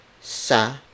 sa